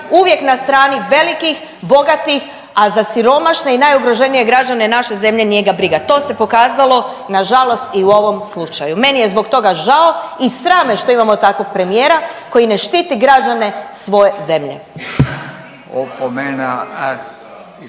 uvijek na strani velikih, bogatih, a za siromašne i najugroženije građane naše zemlje nije ga briga. To se pokazalo nažalost i u ovom slučaju, meni je zbog toga žao i sram me što imamo takvog premijera koji ne štiti građane svoje zemlje.